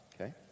okay